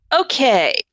Okay